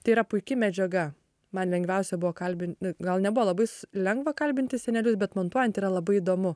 tai yra puiki medžiaga man lengviausia buvo kalbin gal nebuvo labai s lengva kalbinti senelius bet montuojant yra labai įdomu